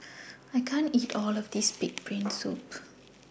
I can't eat All of This Pig'S Brain Soup